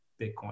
Bitcoin